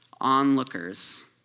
Onlookers